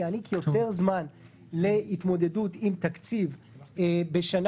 שיעניק יותר זמן להתמודדות עם תקציב בשנה